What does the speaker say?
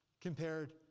compared